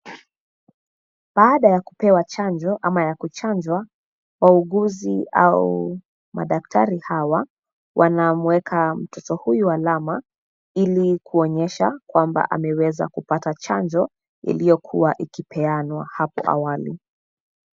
Baada ya kupewa chanjo ama ya kuchanjwa, wauguzi au madaktari hawa wanamweka mtoto huyu alama, ili kuonyesha kwamba ameweza kupata chanjo iliyokuwa ikipeanwa hapo awali.